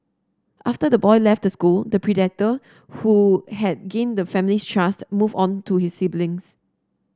after the boy left the school the predator who had gained the family's trust moved on to his siblings